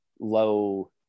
low